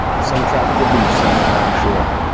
some tropical beach somewhere, i'm sure